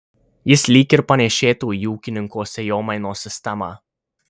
jis lyg ir panėšėtų į ūkininko sėjomainos sistemą